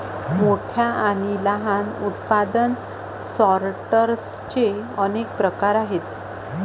मोठ्या आणि लहान उत्पादन सॉर्टर्सचे अनेक प्रकार आहेत